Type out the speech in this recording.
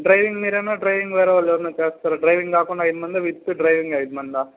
driving మీరేనా driving వేరే వాళ్ళు ఎవరైనా చేస్తారా డ్రైవింగ్ లేకుండా ఐదు మందా విత్ డ్రైవింగ్ ఐదు మందా